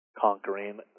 Conquering